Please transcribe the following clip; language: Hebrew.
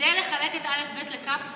כדי לחלק את א'-ב' לקפסולות,